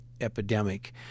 epidemic